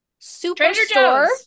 Superstore